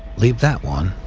leave that one,